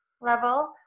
level